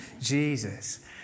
Jesus